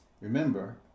remember